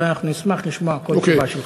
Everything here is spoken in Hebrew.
אבל אנחנו נשמח לשמוע כל תשובה שלך.